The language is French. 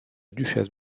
duchesse